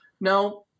Now